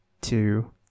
two